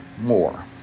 more